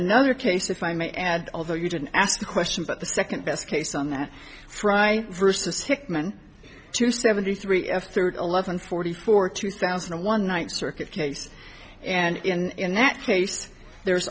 another case if i may add although you didn't ask the question but the second best case on that friday versus hickman two seventy three f third eleven forty four two thousand and one night circuit case and that case there's